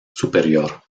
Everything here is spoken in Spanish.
superior